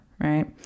right